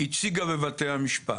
הציגה בבתי המשפט,